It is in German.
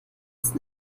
ist